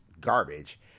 garbage